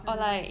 mm